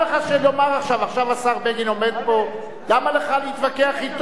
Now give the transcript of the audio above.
עכשיו השר בגין עומד פה, למה לך להתווכח אתו?